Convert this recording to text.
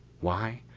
why?